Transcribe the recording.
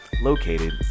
located